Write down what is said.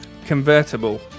Convertible